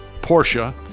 Porsche